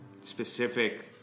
specific